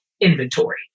inventory